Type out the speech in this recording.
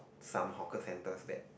some hawker centers that